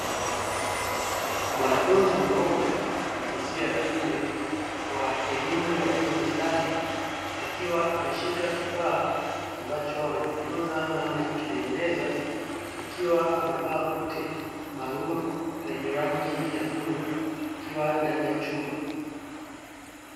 Mwanafunzi mmoja wa jinsia ya kiume wa elimu ya ufundi stadi akiwa ameshika kifaa ambacho anajifunza namna ya kukitengeneza, akiwa amevaa koti maalumu lenye rangi ya bluu akiwa ndani ya chumba.